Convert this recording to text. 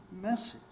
message